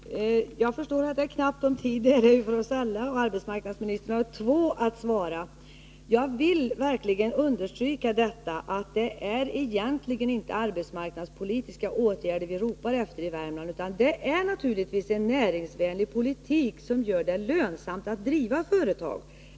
Herr talman! Jag förstår att det är knappt om tid — det är det för oss alla, och arbetsmarknadsministern har ju två frågeställare att svara. Jag vill verkligen understryka att det egentligen inte är arbetsmarknadspolitiska åtgärder som vi ropar efter i Värmland, utan det är naturligtvis en näringsvänlig politik som gör det lönsamt att driva företag.